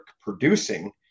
producing